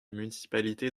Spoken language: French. municipalité